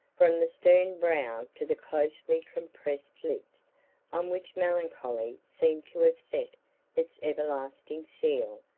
from the stern brow to the closely compressed lips on which melancholy seemed to have set its everlasting seal,